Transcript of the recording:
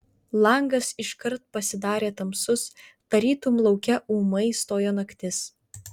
langas iškart pasidarė tamsus tarytum lauke ūmai stojo naktis